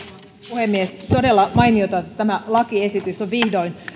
puhemies todella mainiota että tämä lakiesitys on vihdoin